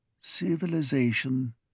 Civilization